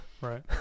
right